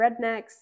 rednecks